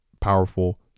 powerful